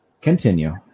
Continue